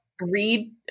Read